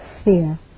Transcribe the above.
sphere